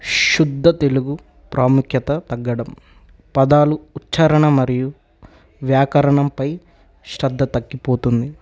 శుద్ధ తెలుగు ప్రాముఖ్యత తగ్గడం పదాలు ఉచ్చరణ మరియు వ్యాకరణంపై శ్రద్ధ తగక్గిపోతుంది